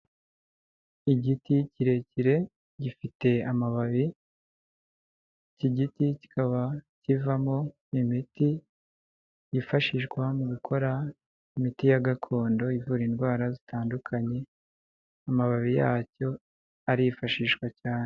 Igiti kirekire gifite amababi, iki giti kikaba kivamo imiti yifashishwa mu gukora imiti ya gakondo ivura indwara zitandukanye, amababi yacyo arifashishwa cyane.